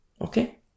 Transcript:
Okay